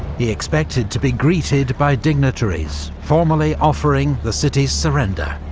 he expected to be greeted by dignitaries, formally offering the city's surrender.